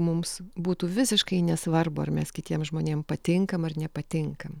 mums būtų visiškai nesvarbu ar mes kitiem žmonėm patinkam ar nepatinkam